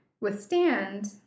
withstand